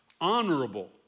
honorable